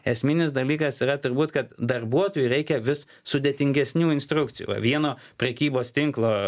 esminis dalykas yra turbūt kad darbuotojui reikia vis sudėtingesnių instrukcijų vieno prekybos tinklo